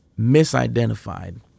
misidentified